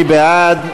מי בעד?